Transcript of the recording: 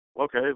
okay